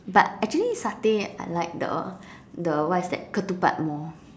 but actually satay I like the the what's that the ketupat more